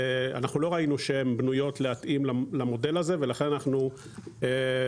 לא ראינו שהן בנויות להתאים למודל הזה ולכן אנחנו חושבים